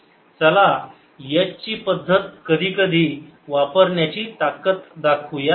चला H ची पद्धत कधीकधी वापरण्याची ताकद दाखवू या